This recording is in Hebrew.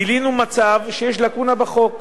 גילינו מצב שיש לקונה בחוק,